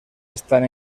están